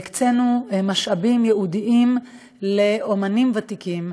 והקצינו משאבים ייעודיים לאמנים ותיקים,